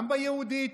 גם ביהודית,